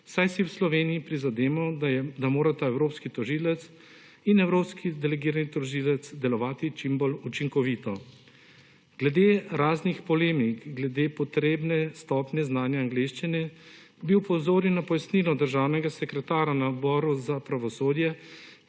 saj si v Sloveniji prizadevamo, da morata evropski tožilec in evropski delegirani tožilec delovati čimbolj učinkovito. Glede raznih polemik glede potrebne stopnje znanja angleščine bi opozoril na pojasnilo državnega sekretarja na Odboru za pravosodje,